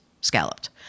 scalloped